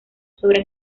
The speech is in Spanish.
sobre